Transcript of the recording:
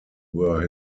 were